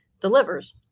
delivers